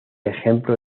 ejemplo